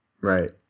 Right